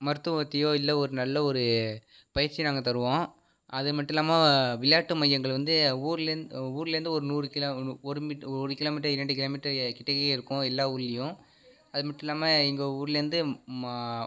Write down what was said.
மருத்துவத்தையோ இல்லை ஒரு நல்ல ஒரு பயிற்சி நாங்கள் தருவோம் அது மட்டும் இல்லாமல் விளாட்டு மையங்கள் வந்து ஊர்லேர்ந்து ஊர்லேர்ந்து ஒரு நூறு கிலோ ஒரு மீட்ரு ஒரு கிலோமீட்ரு இரண்டு கிலோமீட்ரு கிட்டக்கையே இருக்கும் எல்லா ஊர்லையும் அது மட்டும் இல்லாமல் எங்கள் ஊர்லேர்ந்து